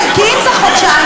כי אם זה חודשיים,